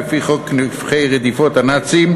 לפי חוק נכי רדיפות הנאצים,